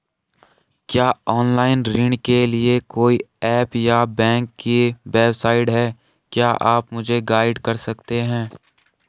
क्या ऑनलाइन ऋण के लिए कोई ऐप या बैंक की वेबसाइट है क्या आप मुझे गाइड कर सकते हैं?